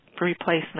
replacement